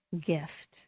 gift